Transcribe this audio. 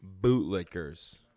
bootlickers